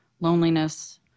loneliness